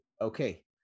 Okay